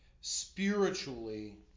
spiritually